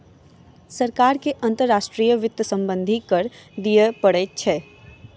सरकार के अंतर्राष्ट्रीय वित्त सम्बन्धी कर दिअ पड़ैत अछि